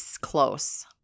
close